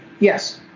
Yes